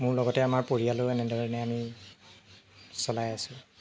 মোৰ লগতে আমাৰ পৰিয়ালেও এনেধৰণে আমি চলাই আছো